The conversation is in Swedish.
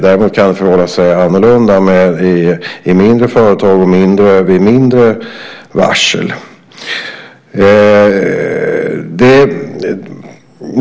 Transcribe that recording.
Däremot kan det förhålla sig annorlunda i mindre företag och vid mindre varsel.